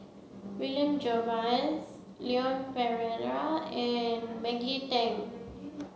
William Jervois Leon Perera and Maggie Teng